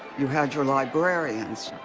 you had your librarians.